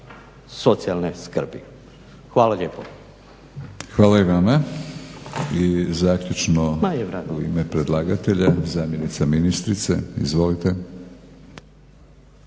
Milorad (HNS)** Hvala i vama. I zaključno u ime predlagatelja zamjenica ministrice, izvolite.